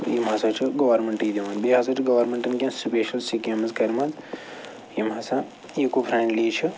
تہٕ یِم ہَسا چھِ گورمٮ۪نٛٹٕے دِوان بیٚیہِ ہَسا چھِ گورمٮ۪نٛٹَن کینٛہہ سپیشَل سکیٖمٕز کَرِمَژٕ یِم ہَسا ایٖکو فرٛٮ۪نٛڈلی چھِ